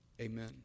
Amen